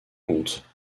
comptes